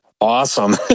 awesome